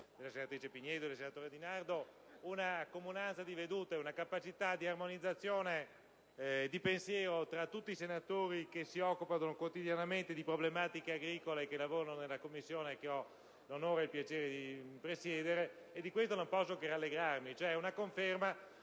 del senatore Di Nardo e della senatrice Pignedoli, una comunanza di vedute, una capacità di armonizzazione di pensiero fra tutti i senatori che si occupano quotidianamente di problematiche agricole e che lavorano nella Commissione che ho l'onore e il piacere di presiedere: di questo non posso che rallegrarmi. È una conferma